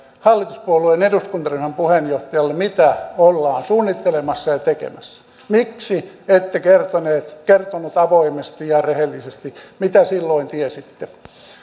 hallituspuolueen eduskuntaryhmän puheenjohtajalle mitä ollaan suunnittelemassa ja tekemässä miksi ette kertonut kertonut avoimesti ja rehellisesti mitä silloin tiesitte